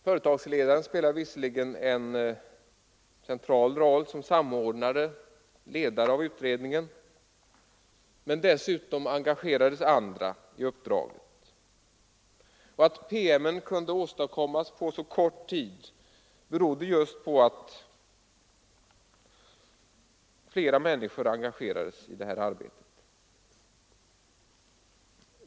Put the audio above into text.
Företagsledaren spelade visserligen en central roll som samordnare och ledare av utredningen, men dessutom engagerades andra i uppdraget. Att detta PM kunde åstadkommas på så kort tid berodde just på att flera människor engagerades i arbetet.